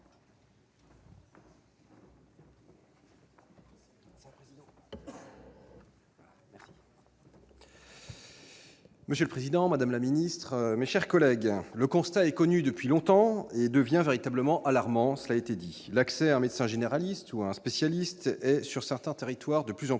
Monsieur le président, madame la secrétaire d'État, mes chers collègues, le constat est connu depuis longtemps et devient véritablement alarmant : l'accès à un médecin généraliste ou spécialiste est, sur certains territoires, de plus en